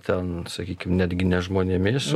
ten sakykim netgi ne žmonėmis